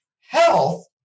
health